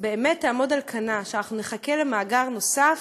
באמת תעמוד על כנה, ואנחנו נחכה למאגר נוסף,